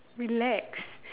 relax